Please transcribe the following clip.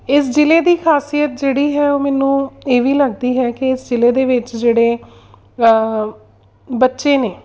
ਇਸ ਜ਼ਿਲ੍ਹੇ ਦੀ ਖਾਸੀਅਤ ਜਿਹੜੀ ਹੈ ਉਹ ਮੈਨੂੰ ਇਹ ਵੀ ਲੱਗਦੀ ਹੈ ਕਿ ਇਸ ਜ਼ਿਲ੍ਹੇ ਦੇ ਵਿੱਚ ਜਿਹੜੇ ਬੱਚੇ ਨੇ